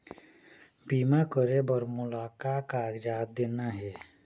बीमा करे बर मोला का कागजात देना हे?